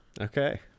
Okay